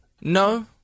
No